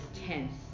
tense